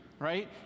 Right